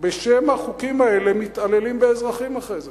בשם החוקים האלה מתעללים באזרחים אחרי זה,